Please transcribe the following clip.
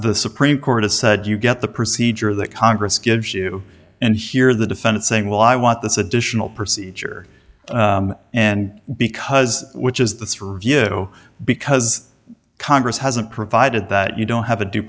the supreme court has said you get the procedure that congress gives you and hear the defendant saying well i want this additional procedure and because which is this review because congress hasn't provided that you don't have a